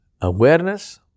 Awareness